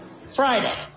Friday